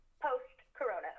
post-corona